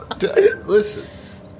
listen